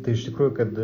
tai iš tikrųjų kad